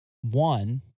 One